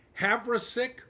Havrasik